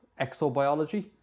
exobiology